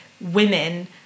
women